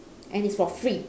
and it's for free